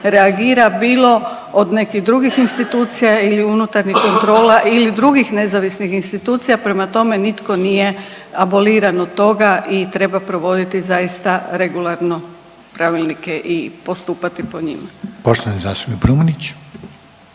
reagira, bilo od nekih drugih institucija ili unutarnjih kontrola ili drugih nezavisnih institucija, prema tome, nitko nije aboliran od toga i treba provoditi zaista regularno pravilnike i postupati po njima. **Reiner,